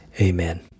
amen